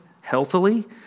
healthily